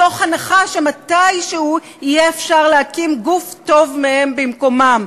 מתוך הנחה שמתישהו יהיה אפשר להקים גוף טוב מהם במקומם.